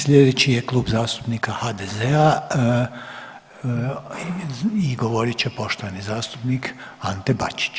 Sljedeći je Klub zastupnika HDZ-a i govorit će poštovani zastupnik Ante Bačić.